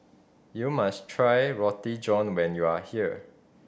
you must try Roti John when you are here